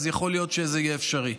יכול להיות שזה יהיה אפשרי.